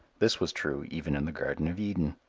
this was true even in the garden of eden.